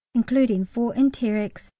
including four enterics,